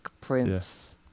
prince